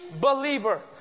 believer